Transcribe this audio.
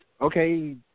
okay